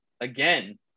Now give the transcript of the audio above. Again